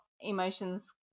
emotions